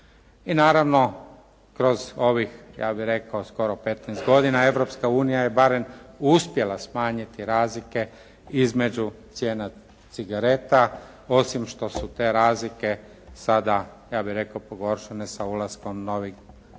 I naravno kroz ovih ja bih rekao skoro 15 godina Europska unija je barem uspjela smanjiti razlike između cijena cigareta osim što su te razlike sada, ja bih rekao pogoršane sa ulaskom novih zemalja